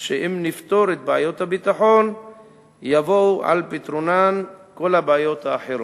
שאם נפתור את בעיות הביטחון יבואו על פתרונן כל הבעיות האחרות.